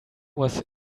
was